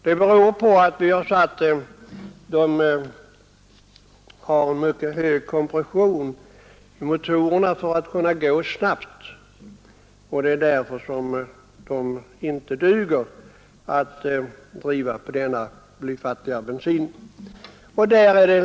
Det beror på att man har ökat kraven på hög kompression i motorerna för att bilarna skall kunna gå snabbare.